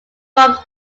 bombs